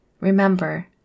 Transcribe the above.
Remember